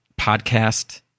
podcast